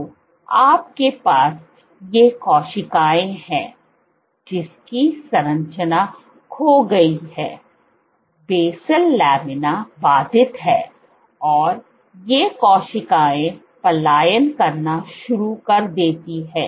तो आपके पास ये कोशिकाएं हैं जिसकी संरचना खो गई है बेसल लामिना बाधित है और ये कोशिकाएं पलायन करना शुरू कर देती हैं